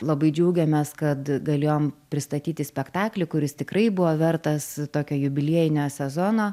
labai džiaugėmės kad galėjom pristatyti spektaklį kuris tikrai buvo vertas tokio jubiliejinio sezono